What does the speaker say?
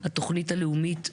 התוכנית הלאומית,